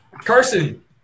Carson